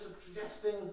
suggesting